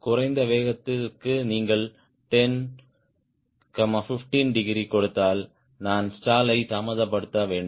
குறைந்த வேகத்திற்கு நீங்கள் 10 15 டிகிரி கொடுத்தால் நான் ஸ்டாலை தாமதப்படுத்த வேண்டும்